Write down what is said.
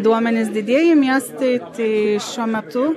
duomenis didieji miestai tai šiuo metu